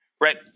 right